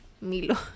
milo